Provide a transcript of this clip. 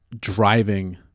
driving